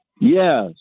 Yes